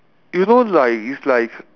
you know like is like